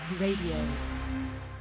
Radio